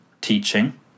teaching